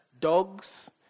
dogs